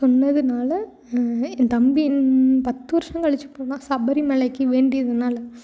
சொன்னதினால என் தம்பி பத்து வருஷம் கழிச்சி பிறந்தான் சபரிமலைக்கு வேண்டியிருந்ததுனால